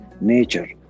nature